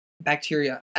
bacteria